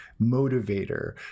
motivator